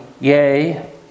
Yea